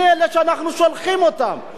מי אלה שאנחנו שולחים אותם?